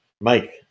Mike